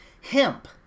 Hemp